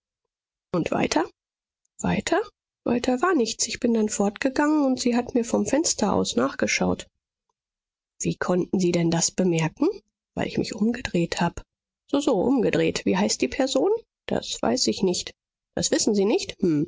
und weiter weiter weiter war nichts ich bin dann fortgegangen und sie hat mir vom fenster aus nachgeschaut wie konnten sie denn das bemerken weil ich mich umgedreht hab soso umgedreht wie heißt die person das weiß ich nicht das wissen sie nicht